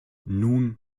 nun